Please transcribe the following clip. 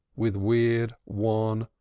with weird, wan,